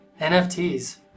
NFTs